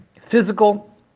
Physical